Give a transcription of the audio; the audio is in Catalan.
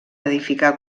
edificar